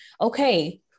okay